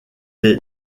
est